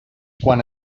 quan